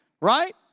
right